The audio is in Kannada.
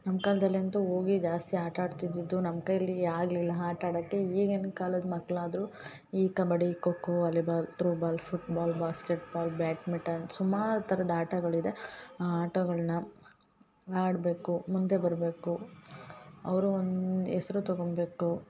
ನಮ್ಮ ಕಾಲ್ದಲ್ಲಿ ಅಂತೂ ಹೋಗಿ ಜಾಸ್ತಿ ಆಟ ಆಡ್ತಿದ್ದಿದ್ದು ನಮ್ಮ ಕೈಲಿ ಆಗಲಿಲ್ಲ ಆಟ ಆಡಕ್ಕೆ ಈಗಿನ ಕಾಲದ ಮಕ್ಳಾದರು ಈ kabaddi kho kho volleyball throwball football basketball badminton ಸುಮಾರು ಥರದ್ ಆಟಗಳಿದೆ ಆ ಆಟಗಳನ್ನ ಆಡಬೇಕು ಮುಂದೆ ಬರಬೇಕು ಅವರು ಒಂದು ಹೆಸ್ರು ತಗೊಬೇಕು